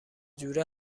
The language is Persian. جوره